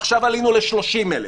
עכשיו עלינו ל-30,000.